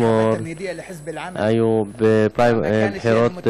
אתמול היו בחירות,